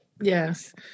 Yes